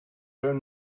down